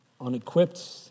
unequipped